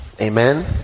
Amen